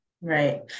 Right